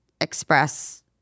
express